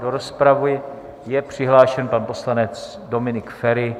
Do rozpravy je přihlášen pan poslanec Dominik Feri.